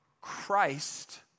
Christ